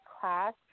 class